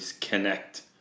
connect